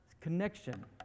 connection